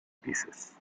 pieces